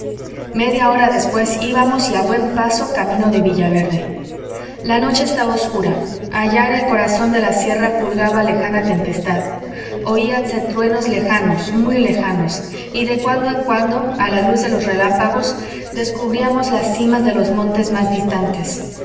media hora después íbamos y a buen paso camino de villaverde la noche estaba obscura allá en el corazón de la sierra fulguraba lejana tempestad oíanse truenos lejanos muy lejanos y de cuando en cuando a la luz de los relámpagos descubríamos las cimas de los montes más distantes